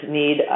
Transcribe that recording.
need